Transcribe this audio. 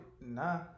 Nah